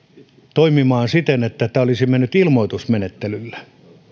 toimimaan siten että tämä olisi mennyt ilmoitusmenettelyllä